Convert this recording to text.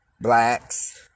blacks